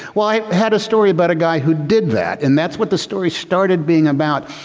well, i had a story about a guy who did that and that's what the story started being about.